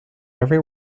every